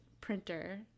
printer